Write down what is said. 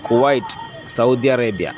Kuwait Saudi Arabia